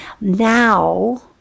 Now